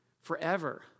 forever